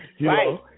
right